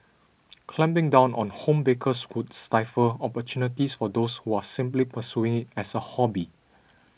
clamping down on home bakers would stifle opportunities for those who are simply pursuing as a hobby